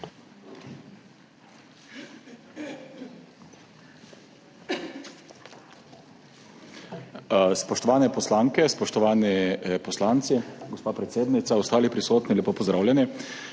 Spoštovane poslanke, spoštovani poslanci, gospa predsednica, ostali prisotni, lepo pozdravljeni!